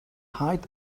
height